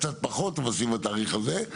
קצת פחות אבל סביב התאריך הזה.